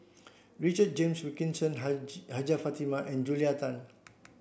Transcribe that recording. Richard James Wilkinson Hajjah Fatimah and Julia Tan